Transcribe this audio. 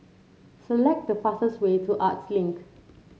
select the fastest way to Arts Link